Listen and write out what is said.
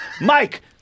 Mike